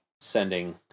sending